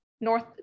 North